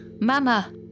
Mama